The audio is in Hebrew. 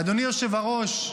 אדוני היושב-ראש,